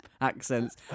accents